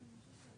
זה